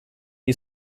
die